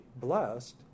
blessed